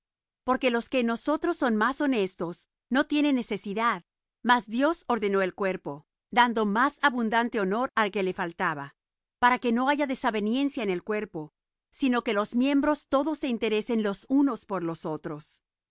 porque los que en nosotros son más honestos no tienen necesidad mas dios ordenó el cuerpo dando más abundante honor al que le faltaba para que no haya desavenencia en el cuerpo sino que los miembros todos se interesen los unos por los otros